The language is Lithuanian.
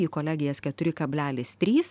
į kolegijas keturi kablelis trys